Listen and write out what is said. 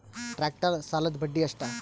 Tractor ಸಾಲದ್ದ ಬಡ್ಡಿ ಎಷ್ಟ?